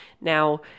Now